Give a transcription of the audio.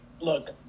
look